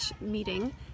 meeting